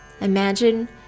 imagine